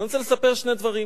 ואני רוצה לספר שני דברים.